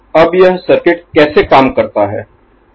अब यह सर्किट कैसे काम करता है